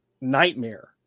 nightmare